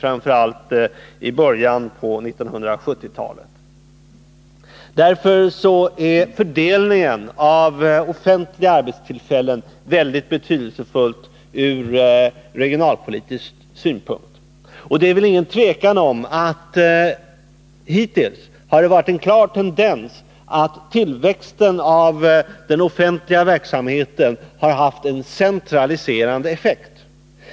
Framför allt ägde denna ökning rum i början av 1970-talet. Och det råder inget tvivel om att det hittills har varit en klar tendens att tillväxten av den offentliga verksamheten har haft en centraliserande effekt.